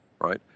right